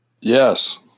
Yes